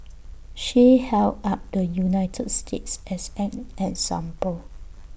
she held up the united states as an example